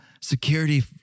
security